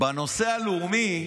בנושא הלאומי,